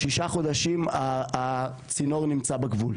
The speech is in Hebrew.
שישה חודשים הצינור נמצא בגבול.